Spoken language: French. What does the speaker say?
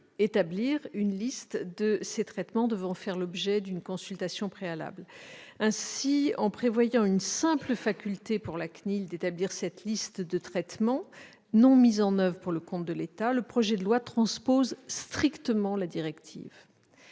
établir une liste de ces traitements devant faire l'objet d'une consultation préalable. En prévoyant une simple faculté pour la CNIL d'établir cette liste de traitements non mis en oeuvre pour le compte de l'État, le projet de loi transpose strictement la directive.